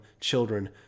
children